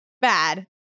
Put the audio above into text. Bad